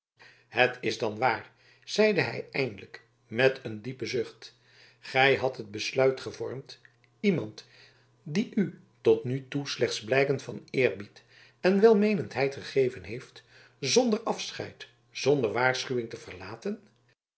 het is dan waar zeide hij eindelijk met een diepen zucht gij hadt het besluit gevormd iemand die u tot nog toe slechts blijken van eerbied en welmeenendheid gegeven heeft zonder afscheid zonder waarschuwing te verlaten